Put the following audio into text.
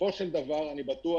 בסופו של דבר אני בטוח